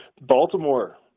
baltimore